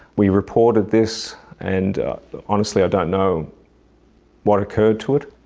we reported this and honestly i don't know what occurred to it.